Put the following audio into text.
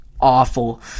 awful